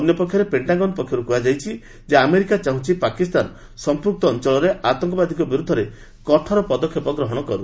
ଅନ୍ୟପକ୍ଷରେ ପେଣ୍ଟାଗନ ପକ୍ଷରୁ କୁହାଯାଇଛି ଯେ ଆମେରିକା ଚାହୁଁଛି ପାକିସ୍ତାନ ସଂପୃକ୍ତ ଅଞ୍ଚଳରେ ଆତଙ୍କବାଦୀଙ୍କ ବିରୁଦ୍ଧରେ କଠୋର ପଦକ୍ଷେପ ଗ୍ରହଣ କରୁ